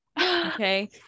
Okay